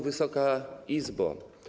Wysoka Izbo!